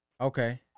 Okay